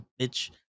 bitch